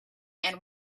and